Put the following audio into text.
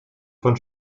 von